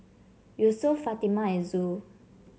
Yusuf Fatimah and Zul